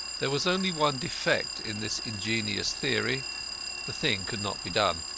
there was only one defect in this ingenious theory the thing could not be done.